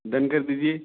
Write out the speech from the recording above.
done कर दीजिए